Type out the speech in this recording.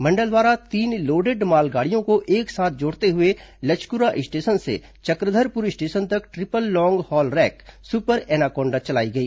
मंडल द्वारा तीन लोडेड मालगाड़ियों को एक साथ जोड़ते हुए लचकुरा स्टेशन से चक्रधरपुर स्टेशन तक triple long haul rake super anaconda चलाई गई